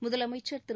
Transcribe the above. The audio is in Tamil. முதமைச்சர் திரு